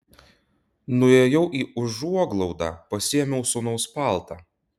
nuėjau į užuoglaudą pasiėmiau sūnaus paltą